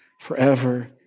forever